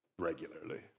regularly